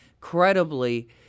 credibly—